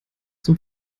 zum